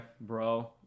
bro